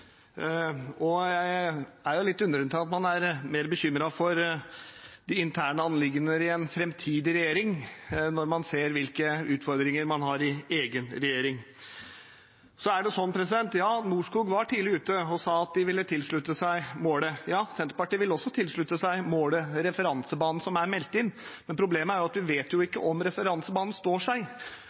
Jeg er litt undrende til at man er mer bekymret for de interne anliggender i en framtidig regjering når man ser hvilke utfordringer man har i egen regjering. Ja, Norskog var tidlig ute og sa de ville tilslutte seg målet. Senterpartiet vil også tilslutte seg målet, referansebanen som er meldt inn, men problemet er at vi ikke vet om referansebanen står seg.